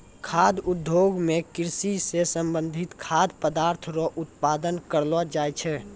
खाद्य उद्योग मे कृषि से संबंधित खाद्य पदार्थ रो उत्पादन करलो जाय छै